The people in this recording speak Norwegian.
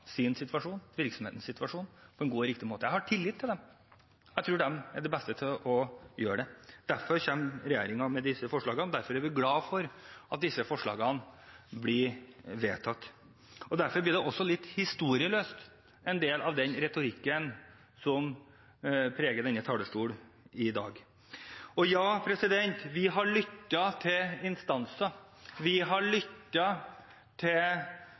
sin situasjon, virksomhetens situasjon, på en god og riktig måte. Jeg har tillit til dem. Jeg tror de er de beste til å gjøre det. Derfor kommer regjeringen med disse forslagene, og derfor er vi glad for at disse forslagene blir vedtatt. Og derfor blir det også litt historieløst med en del av den retorikken som preger denne talerstol i dag. Ja, vi har lyttet til instanser. Vi har også lyttet til